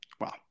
Wow